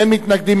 אין מתנגדים,